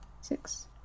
six